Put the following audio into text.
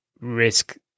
risk